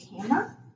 camera